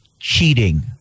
cheating